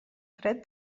fred